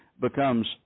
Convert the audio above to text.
becomes